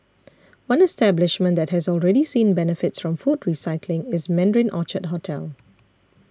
one establishment that has already seen the benefits from food recycling is Mandarin Orchard hotel